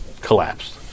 collapsed